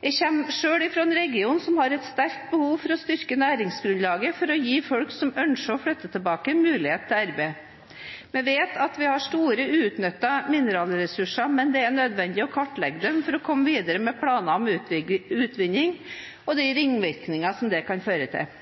Jeg kommer selv fra en region som har et sterkt behov for å styrke næringsgrunnlaget for å gi folk som ønsker å flytte tilbake, mulighet til arbeid. Vi vet at vi har store uutnyttede mineralressurser, men det er nødvendig å kartlegge dem for å komme videre med planer for utvinning og de ringvirkninger som det kan føre til.